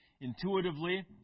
intuitively